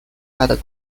had